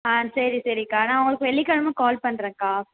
ஆ சரி சரிக்கா நான் உங்களுக்கு வெள்ளிக்கிழம கால் பண்ணுறேன்க்கா